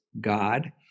God